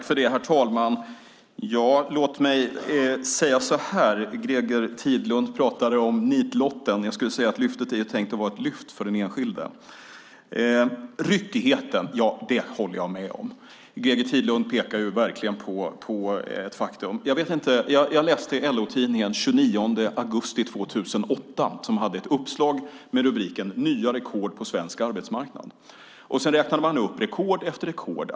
Fru talman! Låt mig säga så här: Greger Tidlund talade om nitlotten. Lyftet är tänkt att vara ett lyft för den enskilde. Jag håller med om ryckigheten. Greger Tidlund pekar verkligen på ett faktum. Jag läste LO-tidningen från den 29 augusti 2008. Den hade ett uppslag med rubriken: "Nya rekord på svensk arbetsmarknad". Sedan räknade man upp rekord efter rekord.